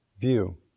view